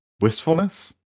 wistfulness